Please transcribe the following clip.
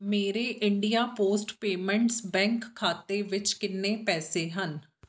ਮੇਰੇ India post payments bank ਖਾਤੇ ਵਿੱਚ ਕਿੰਨੇ ਪੈਸੇ ਹਨ